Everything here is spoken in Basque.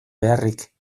beharrik